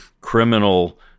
criminal